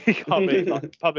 public